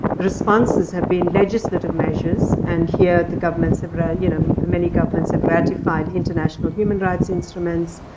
responses have been legislative measures. and here the governments have but you know, many governments have ratified international human rights instruments.